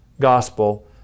Gospel